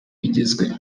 bigezweho